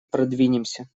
продвинемся